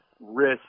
risk